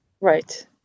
Right